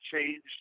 changed